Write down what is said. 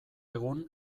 egun